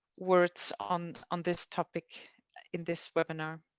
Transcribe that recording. words on on this topic in this webinar.